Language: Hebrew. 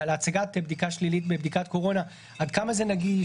להצגת בדיקה שלילית בבדיקת קורונה עד כמה זה נגיש,